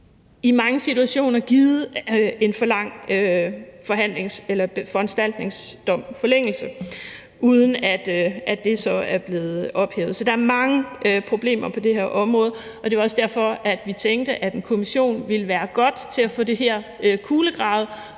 lang forlængelse af en foranstaltningsdom, uden at det så er blevet ophævet. Så der er mange problemer på det her område, og det var også derfor, at vi tænkte, at det ville være godt med en kommission til at få det her kulegravet